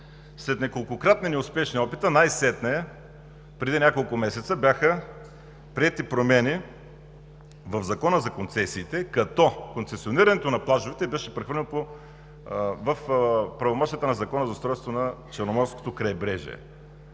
след неколкократни неуспешни опита, най-сетне – преди няколко месеца, бяха приети промени в Закона за концесиите, като концесионирането на плажовете беше прехвърлено в правомощията на Закона за устройство на Черноморското крайбрежие.